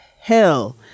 hell